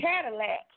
Cadillac